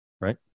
Right